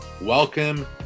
Welcome